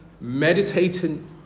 meditating